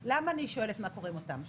למה אני שואלת מה קורה עם אותן שעות?